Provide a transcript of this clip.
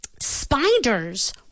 Spiders